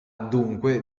dunque